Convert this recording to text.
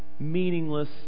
Meaningless